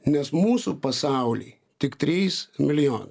nes mūsų pasauly tik trys milijonai